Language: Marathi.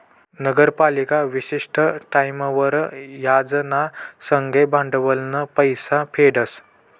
नगरपालिका विशिष्ट टाईमवर याज ना संगे भांडवलनं पैसा फेडस